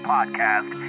Podcast